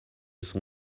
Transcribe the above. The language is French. son